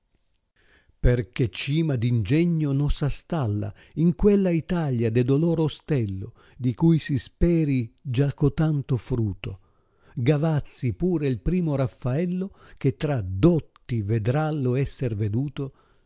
perchè cima d'ingegno no s astalla in quella italia de dolor ostello di cui si speri già cotanto fruto gavazzi pur el primo haffaellq che tra dotti vedrallo esser veduto